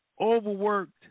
overworked